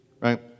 Right